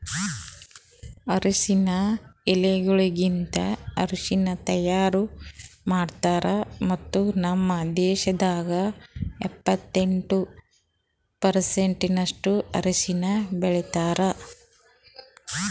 ಅರಶಿನ ಎಲಿಗೊಳಲಿಂತ್ ಅರಶಿನ ತೈಯಾರ್ ಮಾಡ್ತಾರ್ ಮತ್ತ ನಮ್ ದೇಶದಾಗ್ ಎಪ್ಪತ್ತೆಂಟು ಪರ್ಸೆಂಟಿನಷ್ಟು ಅರಶಿನ ಬೆಳಿತಾರ್